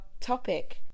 topic